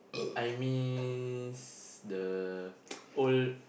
I miss the old